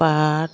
ᱯᱟᱴ